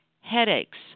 Headaches